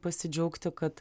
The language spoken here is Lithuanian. pasidžiaugti kad